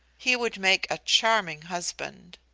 he would make a charming husband.